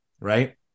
right